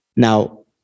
Now